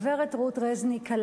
הגברת רות רזניק,